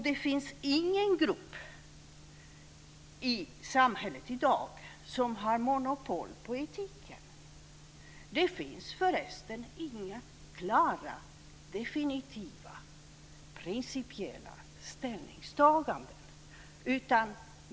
Det finns ingen grupp i samhället i dag som har monopol på etiken. Det finns förresten inga klara definitiva principiella ställningstaganden.